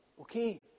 Okay